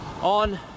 on